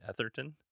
etherton